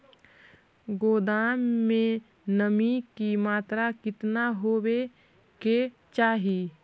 गोदाम मे नमी की मात्रा कितना होबे के चाही?